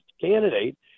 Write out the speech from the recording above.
candidate